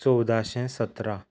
चवदाशें सतरा